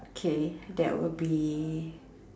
okay that would be